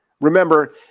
Remember